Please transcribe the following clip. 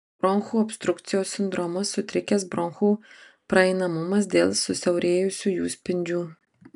bronchų obstrukcijos sindromas sutrikęs bronchų praeinamumas dėl susiaurėjusių jų spindžių